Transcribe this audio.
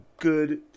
good